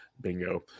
Bingo